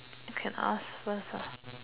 can ask first ah